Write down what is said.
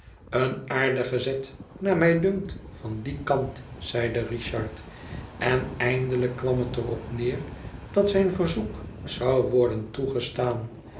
een aardige zet naar mij dunkt van dien kant zeide richard en eindelijk kwam het er op neer dat zijn verzoek zou worden toegestaan